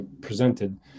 presented